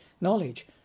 knowledge